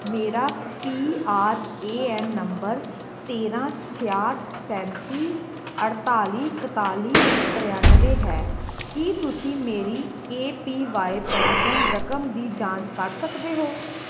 ਮੇਰਾ P R A N number ਤੇਰਾਂ ਛਿਆਹਠ ਸੈਂਤੀ ਅਠਤਾਲੀ ਇਕਤਾਲੀ ਤ੍ਰਿਆਨਵੇਂ ਹੈ ਕੀ ਤੁਸੀਂ ਮੇਰੀ ਏ ਪੀ ਵਾਈ ਪੈਨਸ਼ਨ ਰਕਮ ਦੀ ਜਾਂਚ ਕਰ ਸਕਦੇ ਹੋ